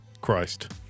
Christ